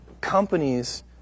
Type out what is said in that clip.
companies